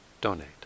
donate